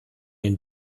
den